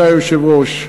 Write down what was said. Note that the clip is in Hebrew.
שהיה יושב-ראש,